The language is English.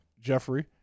Jeffrey